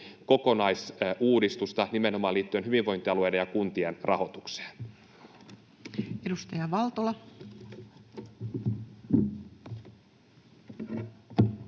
kokonaisuudistusta nimenomaan liittyen hyvinvointialueiden ja kuntien rahoitukseen. Edustaja Valtola.